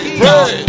pray